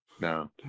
No